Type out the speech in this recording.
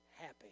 happy